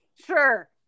Sure